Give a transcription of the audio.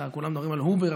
כולם מדברים על "אובר",